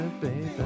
baby